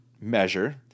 measure